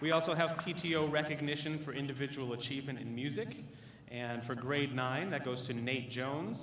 we also have p t o recognition for individual achievement in music and for grade nine that goes to nate jo